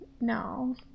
no